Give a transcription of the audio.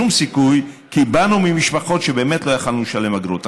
כי באנו ממשפחות שבאמת לא יכלו לשלם אגרות.